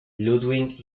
ludwig